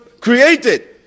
created